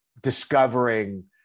discovering